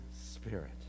Spirit